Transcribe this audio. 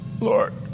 Lord